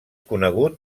conegut